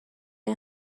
این